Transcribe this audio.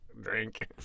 Drink